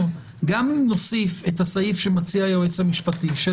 גם אם נוסיף את הסעיף שמציע היועץ המשפטי לוועדה,